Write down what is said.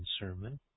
Sermon